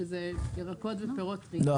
שזה ירקות ופירות --- לא,